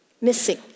missing